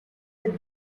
with